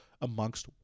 amongst